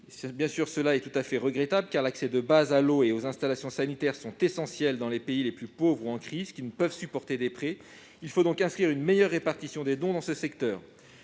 et 2019. Cela est tout à fait regrettable, car l'accès à l'eau et aux installations sanitaires est essentiel dans les pays les plus pauvres ou en crise, qui ne peuvent rembourser des prêts. Il faut donc prévoir une meilleure répartition des dons dans ce secteur.